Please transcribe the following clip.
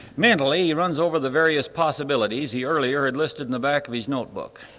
mentally, he runs over the various possibilities he earlier had listed in the back of his notebook.